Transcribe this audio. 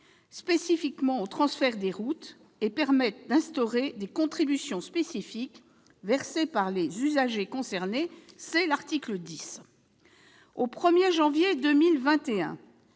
spécifiquement relatives au transfert des routes et permettant d'instaurer des « contributions spécifiques versées par les usagers concernés » aux termes de l'article 10. Au 1 janvier 2021,